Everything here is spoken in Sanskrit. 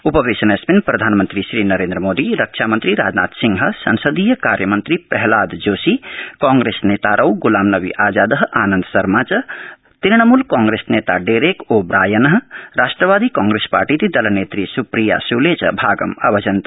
उपवेशनेऽस्मिन् प्रधानमन्त्री श्रीनरेन्द्रमोदी रक्षामन्त्री राजनाथसिंहः संसदीय कार्यमन्त्री प्रह्नादजोशी कांग्रेसनेतारौ ग्लामनबीआजादः आनन्दशर्मा तुणमूलकांप्रेस नेता डेरेक ओ ब्रायनः राष्ट्रवादी कांप्रेस पार्टीति दल नेत्री सुप्रिया सुले च भागमू अभजन्त